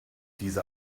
diese